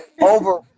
over